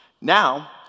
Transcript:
Now